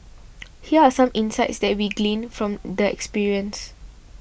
here are some insights that we gleaned from the experience